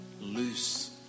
loose